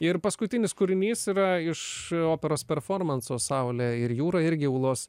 ir paskutinis kūrinys yra iš operos performanso saulė ir jūra irgi ūlos